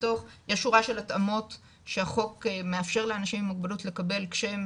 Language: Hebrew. יש שורה של התאמות שהחוק מאפשר לאנשים עם מוגבלות לקבל כשהם